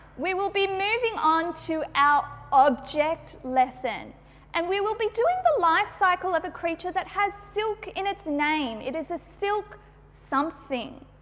we will be moving onto our object lesson and we will be doing the life cycle of a creature that has silk in its name. it is a silk something,